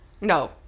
No